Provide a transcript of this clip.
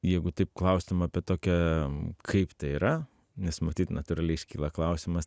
jeigu taip klaustum apie tokią kaip tai yra nes matyt natūraliai iškyla klausimas